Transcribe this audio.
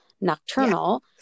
nocturnal